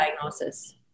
diagnosis